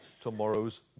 tomorrow's